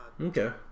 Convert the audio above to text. Okay